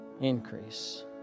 Increase